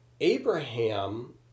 Abraham